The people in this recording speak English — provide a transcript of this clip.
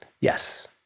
yes